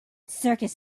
circus